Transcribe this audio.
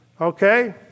okay